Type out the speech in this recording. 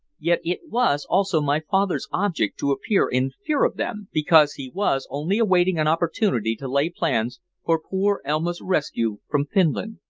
yet it was also my father's object to appear in fear of them, because he was only awaiting an opportunity to lay plans for poor elma's rescue from finland.